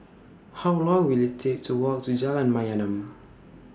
How Long Will IT Take to Walk to Jalan Mayaanam